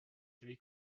three